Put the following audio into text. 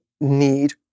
need